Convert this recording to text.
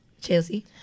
Chelsea